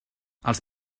els